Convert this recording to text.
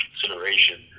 consideration